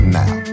now